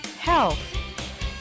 health